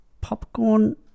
popcorn